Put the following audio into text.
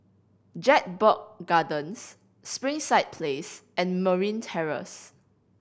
Jedburgh Gardens Springside Place and Marine Terrace